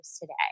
today